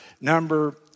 number